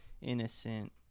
innocent